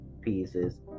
pieces